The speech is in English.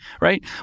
right